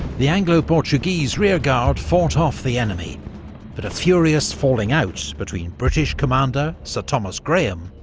the anglo-portuguese rearguard fought off the enemy but a furious falling out between british commander sir thomas graham,